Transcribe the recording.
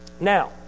Now